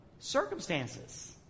Circumstances